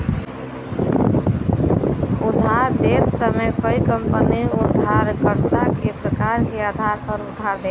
उधार देत समय कई कंपनी उधारकर्ता के प्रकार के आधार पर उधार देनी